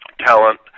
talent